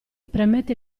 premette